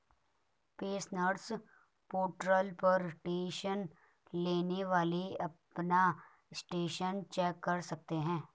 pensioners portal पर tension लेने वाली अपना स्टेटस चेक कर सकते हैं